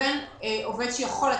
לבין עובד שיכול לעבודה.